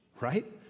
right